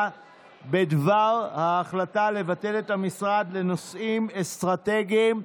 בדבר ההחלטה לבטל את המשרד לנושאים אסטרטגיים,